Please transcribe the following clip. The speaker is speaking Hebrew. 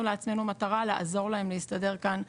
לעצמנו מטרה לעזור להם להסתדר כאן,